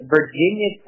Virginia